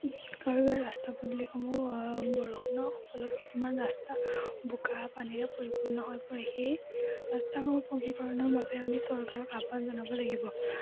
আৰু ইয়াৰ ৰাস্তা পদূলিসমূহ বৰষুণৰ ফলত কিছুমান ৰাস্তা বোকা পানীৰে পৰিপূৰ্ণ হৈ পৰে সেই ৰাস্তাবোৰ পকীকৰণৰ বাবে আমি চৰকাৰক আহ্বান জনাব লাগিব